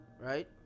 right